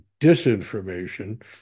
disinformation